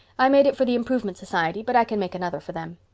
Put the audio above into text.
i made it for the improvement society, but i can make another for them.